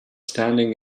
standing